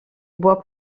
bois